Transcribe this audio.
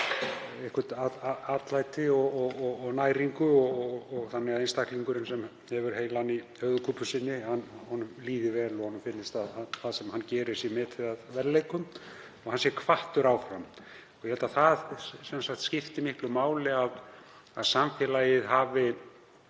honum atlæti og næringu þannig að einstaklingnum sem hefur heilann í höfuðkúpu sinni líði vel og honum finnist það sem hann gerir metið að verðleikum og hann sé hvattur áfram. Ég held að það skipti miklu máli að samfélagið hafi